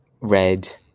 red